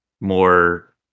more